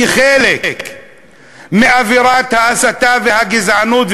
כחלק מאווירת ההסתה והגזענות,